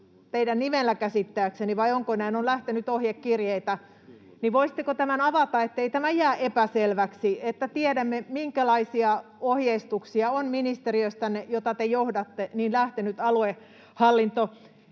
teidän nimellänne käsittääkseni — vai onko näin — on lähtenyt ohjekirjeitä. Voisitteko tämän avata, ettei tämä jää epäselväksi, että tiedämme, minkälaisia ohjeistuksia on ministeriöstänne, jota te johdatte, lähtenyt aluehallintovirastoille.